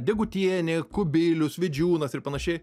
degutienė kubilius vidžiūnas ir panašiai